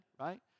right